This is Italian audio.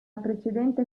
precedente